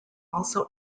also